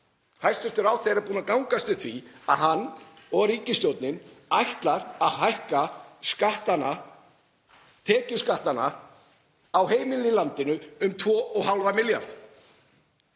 Hæstv. ráðherra er búinn að gangast við því að hann og ríkisstjórnin ætla að hækka skattana, tekjuskatta á heimilin í landinu, um 2,5 milljarða.